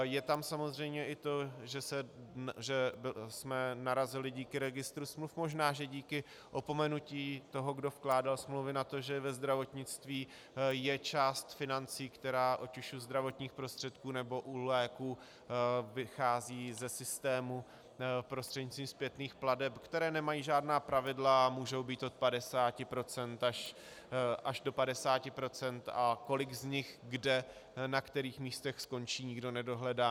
Je tam samozřejmě i to, že jsme narazili díky registru smluv, možná že díky opomenutí toho, kdo vkládal smlouvy, na to, že ve zdravotnictví je část financí, která ať už u zdravotních prostředků, nebo u léků vychází ze systému prostřednictvím zpětných plateb, které nemají žádná pravidla a můžou být od 50 % až do 50 %, a kolik z nich kde, na kterých místech skončí, nikdo nedohledá.